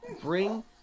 Bring